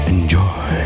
Enjoy